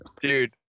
dude